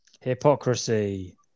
Hypocrisy